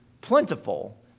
plentiful